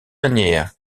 manière